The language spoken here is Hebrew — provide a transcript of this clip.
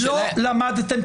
לא למדתם.